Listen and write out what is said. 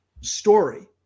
story